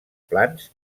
plans